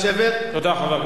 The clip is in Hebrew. תודה, חבר הכנסת בן-ארי.